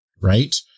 right